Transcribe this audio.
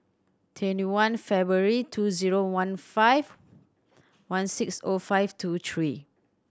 twenty one February two zero one five one six O five two three